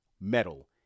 metal